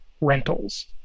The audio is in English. rentals